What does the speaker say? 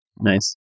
Nice